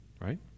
right